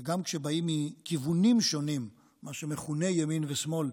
גם כשבאים מכיוונים שונים, מה שמכונה ימין ושמאל,